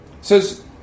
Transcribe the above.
says